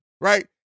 right